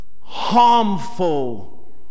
harmful